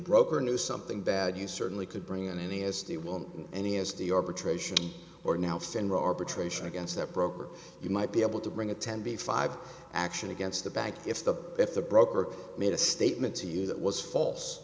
broker knew something bad you certainly could bring in any as they want any as the arbitration or now finra arbitration against their broker you might be able to bring a ten b five action against the bank if the if the broker made a statement to you that was false